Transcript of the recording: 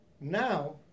now